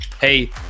hey